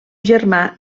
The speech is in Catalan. germà